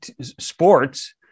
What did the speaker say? Sports